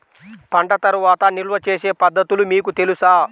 పంట తర్వాత నిల్వ చేసే పద్ధతులు మీకు తెలుసా?